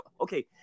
Okay